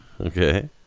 Okay